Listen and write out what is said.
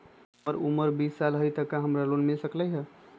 हमर उमर बीस साल हाय का हमरा लोन मिल सकली ह?